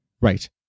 right